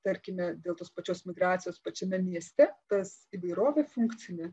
tarkime dėl tos pačios migracijos pačiame mieste tas įvairovė funkcinė